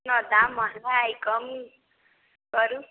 दाम महँगा हइ कम करू